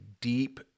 deep